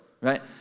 right